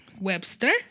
Webster